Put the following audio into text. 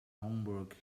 homework